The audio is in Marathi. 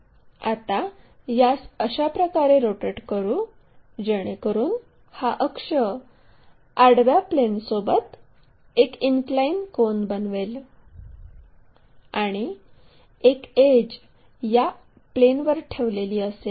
आता यास अशा प्रकारे रोटेट करू जेणेकरून हा अक्ष आडव्या प्लेनसोबत एक इनक्लाइन कोन बनवेल आणि एक एड्ज या प्लेनवर ठेवलेली असेल